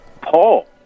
Paul